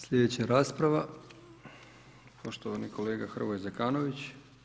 Slijedeća rasprava poštovani kolega Hrvoje Zekanović.